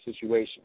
situation